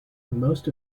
most